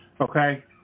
Okay